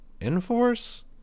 Enforce